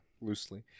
Loosely